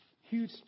huge